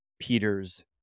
Peter's